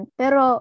pero